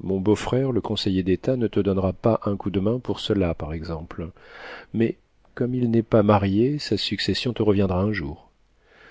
mon beau-frère le conseiller d'état ne te donnera pas un coup de main pour cela par exemple mais comme il n'est pas marié sa succession te reviendra un jour